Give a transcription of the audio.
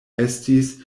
estis